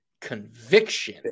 conviction